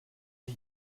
ich